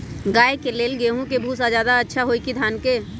गाय के ले गेंहू के भूसा ज्यादा अच्छा होई की धान के?